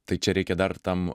tai čia reikia dar tam